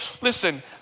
listen